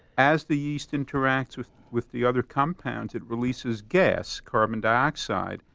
as the yeast interacts with with the other compounds, it releases gas, carbon dioxide.